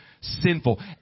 sinful